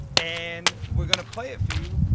and we're going to play it for you.